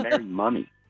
money